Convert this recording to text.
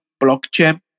blockchain